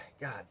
god